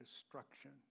destruction